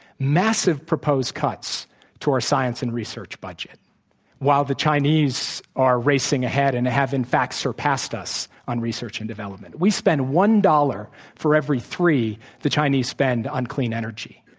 massive proposed cuts to our science and research budget while the chinese are racing ahead and have, in fact, surpassed us on research and development. we spend one dollar for every three the chinese spend on clean energy.